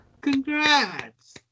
congrats